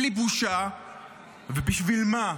בלי בושה ובשביל מה?